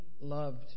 loved